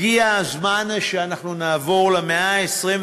הגיע הזמן שאנחנו נעבור למאה ה-21,